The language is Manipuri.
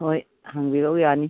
ꯍꯣꯏ ꯍꯪꯕꯤꯔꯛꯎ ꯌꯥꯅꯤ